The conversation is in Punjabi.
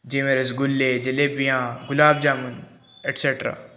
ਜਿਵੇਂ ਰਸਗੁੱਲੇ ਜਲੇਬੀਆਂ ਗੁਲਾਬ ਜਾਮੁਨ ਐਕਸਟੈਕਰਾ